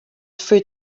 fruit